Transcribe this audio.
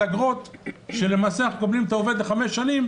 אגרות שלמעשה אנחנו מקבלים את העובדים לחמש שנים,